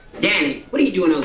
danny, what you doing over